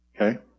Okay